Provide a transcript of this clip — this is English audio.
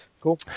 Cool